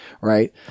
right